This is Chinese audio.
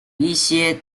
一些